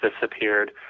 disappeared